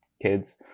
kids